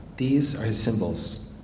these are his symbols.